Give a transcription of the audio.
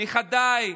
נכדיי,